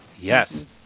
yes